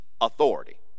authority